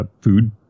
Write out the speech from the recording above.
food